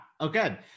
Okay